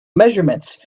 measurements